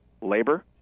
labor